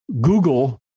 Google